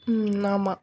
ம் ஆமாம்